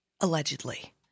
allegedly